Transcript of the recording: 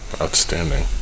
Outstanding